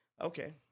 okay